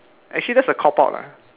actually that's a cop out [what]